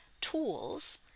tools